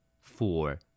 four